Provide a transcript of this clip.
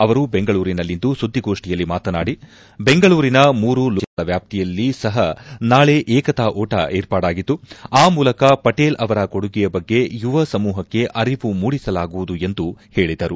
ಅವರು ಬೆಂಗಳೂರಿನಲ್ಲಿಂದು ಸುದ್ದಿಗೋಷ್ಟಿಯಲ್ಲಿ ಮಾತನಾಡಿ ಬೆಂಗಳೂರಿನ ಮೂರು ಲೋಕಸಭಾ ಕ್ಷೇತ್ರಗಳ ವ್ನಾಪ್ತಿಯಲ್ಲಿ ಸಹ ನಾಳೆ ಏಕತಾ ಓಟ ಏರ್ಪಾಡಾಗಿದ್ದು ಆ ಮೂಲಕ ಪಟೇಲ್ ಅವರ ಕೊಡುಗೆಯ ಬಗ್ಗೆ ಯುವ ಸಮೂಹಕ್ಕೆ ಅರಿವು ಮೂಡಿಸಲಾಗುವುದು ಎಂದು ಹೇಳಿದರು